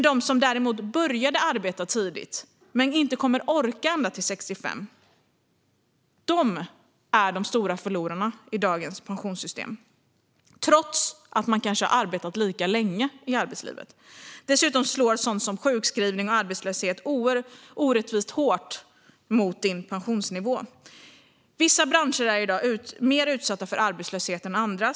De som däremot började arbeta tidigt men som inte kommer att orka ända till 65 är de stora förlorarna i dagens pensionssystem, trots att de kanske har arbetat lika länge. Dessutom slår sådant som sjukskrivning och arbetslöshet orättvist hårt mot pensionsnivån. Vissa branscher är i dag mer utsatta för arbetslöshet än andra.